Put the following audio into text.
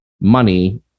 money